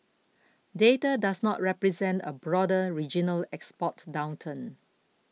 data does not represent a broader regional export downturn